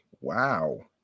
Wow